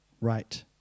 right